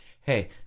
hey